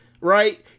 Right